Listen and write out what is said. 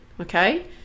Okay